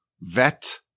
vet